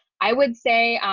i would say